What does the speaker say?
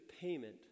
payment